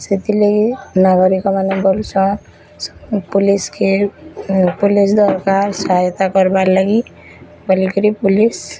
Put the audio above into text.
ସେଥିଲାଗି ନାଗରିକ ମାନେକଁର୍ କରୁଛନ୍ ପୋଲିସ୍ କେ ପୋଲିସ୍ ଦରକାର୍ ସହାୟତା କରବାର ଲାଗି ବୋଲିକିରି ପୋଲିସ୍